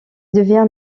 devient